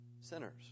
sinners